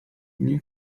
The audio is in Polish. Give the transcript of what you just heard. mnie